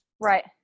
Right